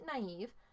naive